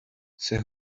their